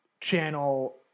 channel